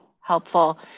helpful